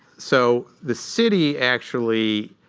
so the city actually